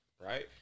Right